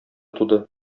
туды